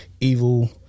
evil